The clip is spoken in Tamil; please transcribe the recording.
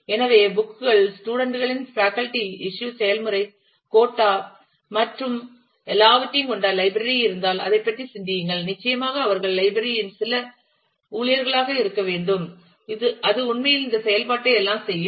எனவே புக் கள் ஸ்டூடண்ட் களின் faculty இஸ்யூ செயல்முறை கோட்டா கோட்டா மற்றும் எல்லாவற்றையும் கொண்ட லைப்ரரி இருந்தால் அதைப் பற்றி சிந்தியுங்கள் நிச்சயமாக அவர்கள் லைப்ரரி இன் சில ஊழியர்களாக இருக்க வேண்டும் அது உண்மையில் இந்த செயல்பாட்டை எல்லாம் செய்யும்